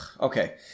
Okay